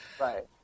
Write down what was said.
Right